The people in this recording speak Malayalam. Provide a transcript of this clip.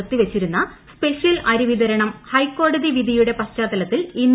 നിർത്തിവച്ചിരുന്ന സ്പെഷ്യൽ അരിവിതരണം ഹൈക്കോടതി വിധിയുടെ പശ്ചാത്തലത്തിൽ ഇന്ന് പുനരാരംഭിക്കും